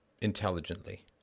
intelligently